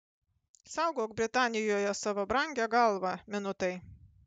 saugok britanijoje savo brangią galvą minutai